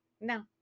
No